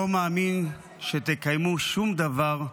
לא מאמין שתקיימו שום דבר,